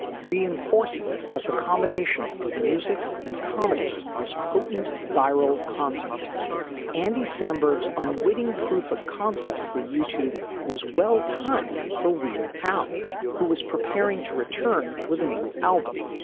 reinforcing that the combination of music and comedy was potent viral content andy samberg is unwitting proof of concept, for youtube was well timed for weird owl who was preparing to return with a new album.